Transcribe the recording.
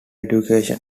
education